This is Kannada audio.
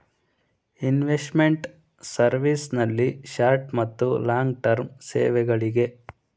ಇನ್ವೆಸ್ಟ್ಮೆಂಟ್ ಸರ್ವಿಸ್ ನಲ್ಲಿ ಶಾರ್ಟ್ ಮತ್ತು ಲಾಂಗ್ ಟರ್ಮ್ ಸೇವೆಗಳಿಗೆ